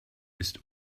ist